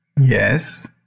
Yes